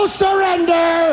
surrender